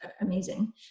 amazing